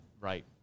right